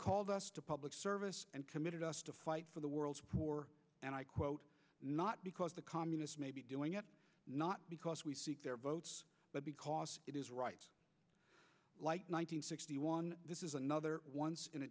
called us to public service and committed us to fight for the world's poor and i quote not because the communists may be doing it not because we seek their votes but because it is right one hundred sixty one this is another once in a